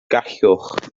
gallwch